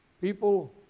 People